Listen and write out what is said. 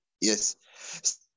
Yes